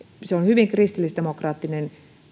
on hyvin kristillisdemokraattinen